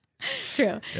true